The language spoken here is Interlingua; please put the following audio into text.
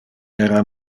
era